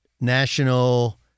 National